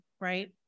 right